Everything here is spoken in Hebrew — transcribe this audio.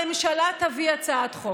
הממשלה תביא הצעת חוק.